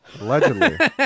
Allegedly